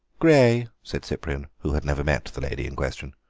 grey, said cyprian, who had never met the lady in question.